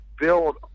build